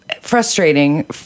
frustrating